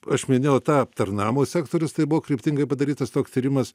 aš minėjau tą aptarnavimo sektorius tai buvo kryptingai padarytas toks tyrimas